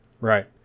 Right